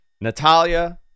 Natalia